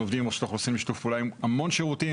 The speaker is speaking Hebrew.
אנחנו עובדים עם רשות האוכלוסין בשיתוף פעולה עם המון שירותים,